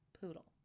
Poodle